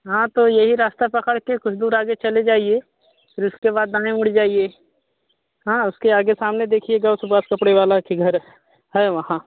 हाँ तो यही रास्ता पकड़ के कुछ दूर आगे चले जाइए फिर उसके बाद दाएँ मुड़ जाइए हाँ उसके आगे सामने देखिएगा सुबाश कपड़े वाले के घर है वहाँ